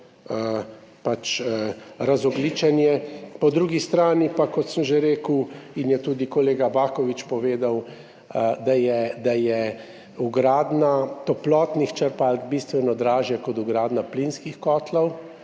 razogljičenje. Po drugi strani pa, kot sem že rekel in je povedal tudi kolega Baković, da je vgradnja toplotnih črpalk bistveno dražja kot vgradnja plinskih kotlov,